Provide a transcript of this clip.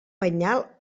penyal